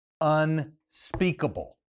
unspeakable